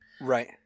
Right